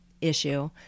issue